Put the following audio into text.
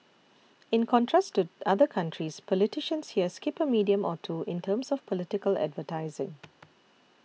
in contrast to other countries politicians here skip a medium or two in terms of political advertising